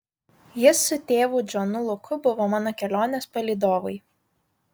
jis su tėvu džonu luku buvo mano kelionės palydovai